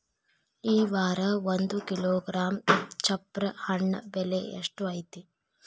ಈ ವಾರ ಒಂದು ಕಿಲೋಗ್ರಾಂ ಚಪ್ರ ಹಣ್ಣ ಬೆಲೆ ಎಷ್ಟು ಐತಿ?